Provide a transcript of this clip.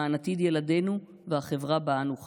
למען עתיד ילדינו והחברה שבה אנו חיים.